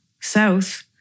south